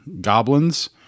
goblins